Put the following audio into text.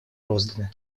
розданы